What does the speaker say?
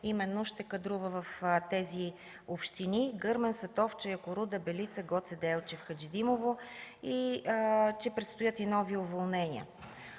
той ще кадрува в общините Гърмен, Сатовча, Якоруда, Белица, Гоце Делчев и Хаджидимово и че предстоят нови уволнения.